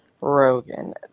Rogan